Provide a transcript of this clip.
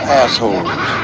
assholes